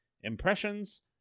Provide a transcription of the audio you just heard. Impressions